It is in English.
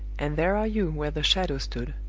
and there are you where the shadow stood.